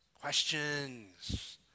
Questions